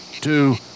two